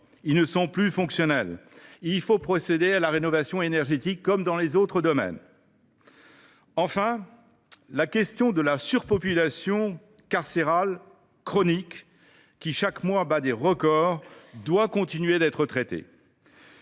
ils ne sont plus fonctionnels, et il faut procéder à la rénovation énergétique, comme dans les autres domaines. Enfin, la question de la surpopulation carcérale chronique, qui bat chaque mois des records, doit continuer d’être traitée.